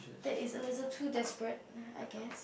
that is a little too desperate I guess